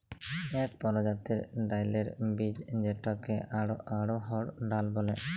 ইক পরজাতির ডাইলের বীজ যেটাকে অড়হর ডাল ব্যলে